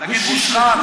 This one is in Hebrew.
תגיד מושחת,